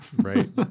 Right